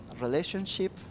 relationship